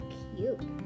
cute